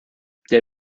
der